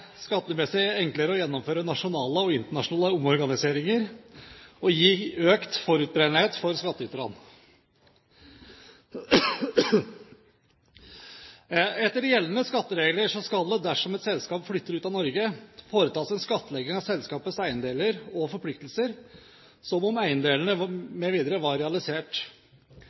enklere å gjennomføre nasjonale og internasjonale omorganiseringer og gi økt forutberegnelighet for skattyterne. Etter gjeldende skatteregler skal det dersom et selskap flytter ut av Norge, foretas en skattlegging av selskapets eiendeler og forpliktelser som om eiendelene mv. var realisert. Utflytting medfører også at aksjene i selskapet anses realisert